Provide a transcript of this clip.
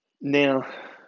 now